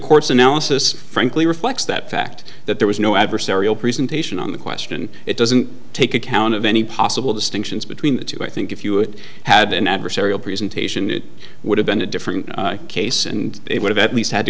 court's analysis frankly reflects that fact that there was no adversarial presentation on the question it doesn't take account of any possible distinctions between the two i think if you it had an adversarial presentation it would have been a different case and it would have at least had to